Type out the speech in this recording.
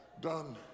done